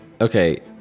Okay